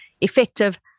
effective